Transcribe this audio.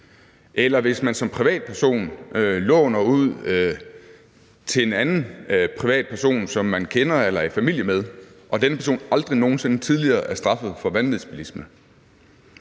eller hvis man som privatperson låner sin bil ud til en anden privatperson, som man kender eller er i familie med, og hvis denne person aldrig tidligere er straffet for vanvidsbilisme,